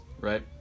Right